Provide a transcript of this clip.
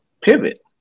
pivot